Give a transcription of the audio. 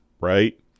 right